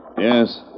Yes